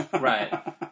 Right